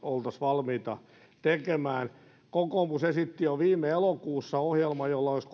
oltaisiin valmiita tekemään kokoomus esitti jo viime elokuussa ohjelman jolla olisi